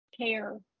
care